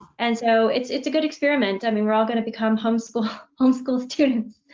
and so it's it's a good experiment. i mean, we're all gonna become home school home school students,